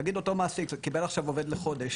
נגיד אותו מעסיק קיבל עכשיו עובד לחודש,